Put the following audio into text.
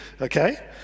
okay